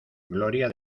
gloria